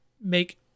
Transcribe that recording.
make